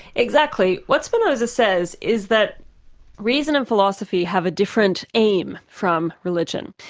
exactly. what spinoza says is that reason and philosophy have a different aim from religion.